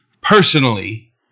personally